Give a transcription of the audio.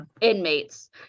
inmates